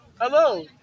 Hello